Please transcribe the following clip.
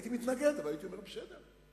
הייתי מתנגד, אבל הייתי אומר, בסדר.